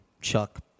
chuck